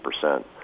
percent